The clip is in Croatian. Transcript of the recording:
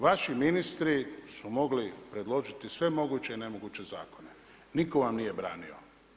Vaši ministri su mogli predložiti sve moguće i nemoguće zakone, nitko vam nije branio.